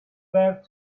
there